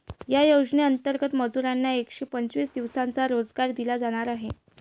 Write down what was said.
या योजनेंतर्गत मजुरांना एकशे पंचवीस दिवसांचा रोजगार दिला जाणार आहे